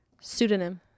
Pseudonym